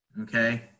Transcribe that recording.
Okay